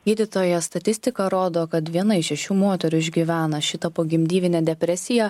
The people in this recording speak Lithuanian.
gydytoja statistika rodo kad viena iš šešių moterų išgyvena šitą pogimdyvinę depresiją